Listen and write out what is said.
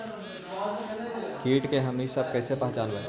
किट के हमनी सब कईसे पहचनबई?